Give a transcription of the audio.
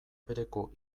bereko